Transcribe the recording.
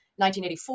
1984